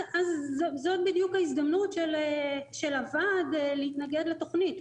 זאת בדיוק ההזדמנות של הוועד להתנגד לתכנית.